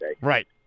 Right